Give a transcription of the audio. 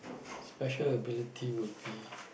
special ability would be